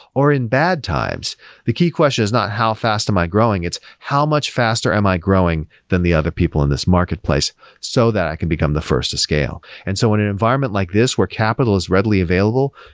or in bad times. the key question is not how fast am i growing. it's how much faster am i growing than the other people on this marketplace so that i can become the first to scale. and so in an environment like this where capital is readily available,